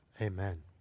Amen